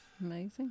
Amazing